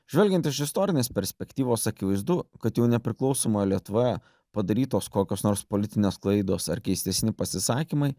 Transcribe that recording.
žvelgiant iš istorinės perspektyvos akivaizdu kad jau nepriklausomoje lietuvoje padarytos kokios nors politinės klaidos ar keistesni pasisakymai